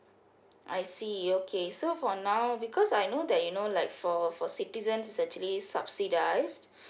I see okay so for now because I know that you know like for for citizens is actually subsidised